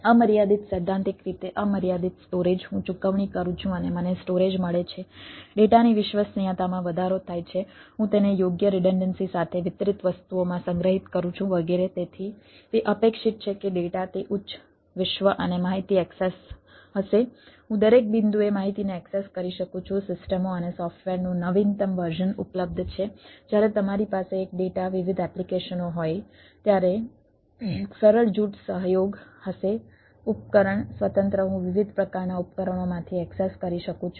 અમર્યાદિત સૈદ્ધાંતિક રીતે અમર્યાદિત સ્ટોરેજ હું ચૂકવણી કરું છું અને મને સ્ટોરેજ મળે છે ડેટાની વિશ્વસનીયતામાં વધારો થાય છે હું તેને યોગ્ય રીડન્ડન્સી ઉપલબ્ધ છે જ્યારે તમારી પાસે એક ડેટા વિવિધ એપ્લિકેશનો હોય ત્યારે સરળ જૂથ સહયોગ હશે ઉપકરણ સ્વતંત્ર હું વિવિધ પ્રકારના ઉપકરણોમાંથી એક્સેસ કરી શકું છું